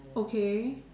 okay